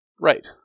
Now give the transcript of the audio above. Right